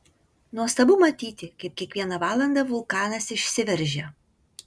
nuostabu matyti kaip kiekvieną valandą vulkanas išsiveržia